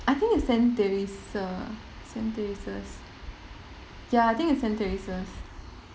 I think it's saint teresa's saint teresa's ya I think it's saint teresa's